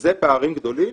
אלה פערים גדולים,